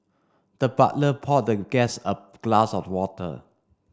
the butler poured the guest a glass of water